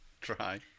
try